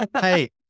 hey